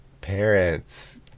Parents